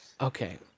okay